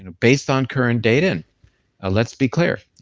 and based on current data and let's be clear,